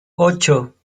ocho